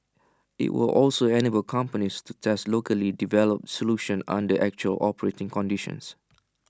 IT will also enable companies to test locally developed solutions under actual operating conditions